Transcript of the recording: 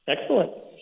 Excellent